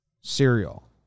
cereal